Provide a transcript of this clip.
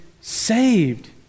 saved